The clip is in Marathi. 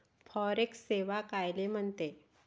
फॉरेक्स सेवा कायले म्हनते?